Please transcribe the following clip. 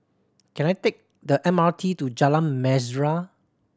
can I take the M R T to Jalan Mesra